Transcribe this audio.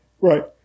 Right